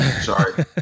sorry